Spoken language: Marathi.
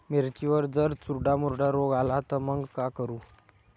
मिर्चीवर जर चुर्डा मुर्डा रोग आला त मंग का करू?